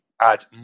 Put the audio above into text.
add